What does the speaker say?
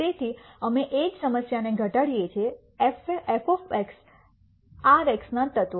તેથી અમે એ જ સમસ્યાને ઘટાડીએ છીએ એફ એક્સ આર ના x તત્વ